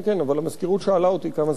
אבל המזכירות שאלה אותי כמה זמן,